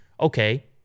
okay